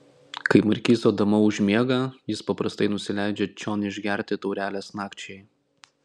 kai markizo dama užmiega jis paprastai nusileidžia čion išgerti taurelės nakčiai